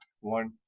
One